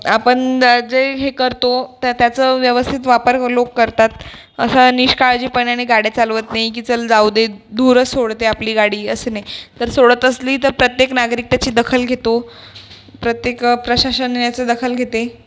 आपण जे हे करतो तर त्याचं व्यवस्थित वापर लोक करतात असं निष्काळजीपणाने गाड्या चालवत नाही की चल जाऊ दे धूरच सोडते आपली गाडी असं नाही तर सोडत असली तर प्रत्येक नागरिक त्याची दखल घेतो प्रत्येक प्रशासन ह्याचं दखल घेते